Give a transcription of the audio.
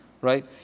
right